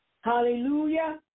Hallelujah